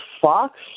Fox